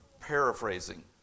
paraphrasing